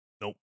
Nope